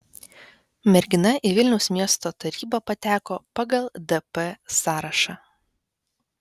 mergina į vilniaus miesto tarybą pateko pagal dp sąrašą